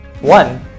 One